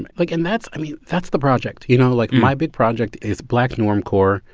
and like, and that's i mean, that's the project. you know, like, my big project is black normcore,